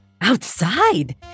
Outside